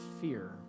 fear